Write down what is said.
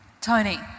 Tony